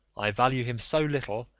i value him so little,